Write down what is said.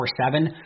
24-7